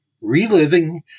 Reliving